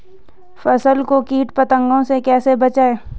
फसल को कीट पतंगों से कैसे बचाएं?